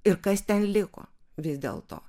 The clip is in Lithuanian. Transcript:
ir kas ten liko vis dėlto